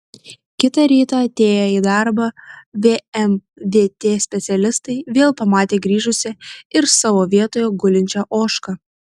kitą rytą atėję į darbą vmvt specialistai vėl pamatė grįžusią ir savo vietoje gulinčią ožką